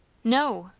no,